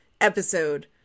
episode